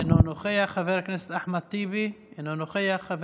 אינו נוכח, חבר הכנסת אחמד טיבי, אינו נוכח.